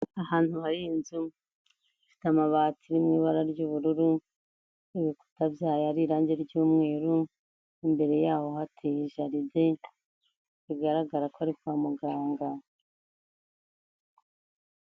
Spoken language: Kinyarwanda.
Ahantu hari inzu ifite amabati mu ibara ry'ubururu n'ibikuta byayo ari irangi ry'umweru imbere yaho hateye jaride bigaragara ko ari kwa muganga.